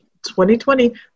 2020